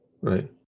Right